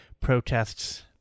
protests